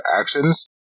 actions